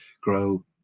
grow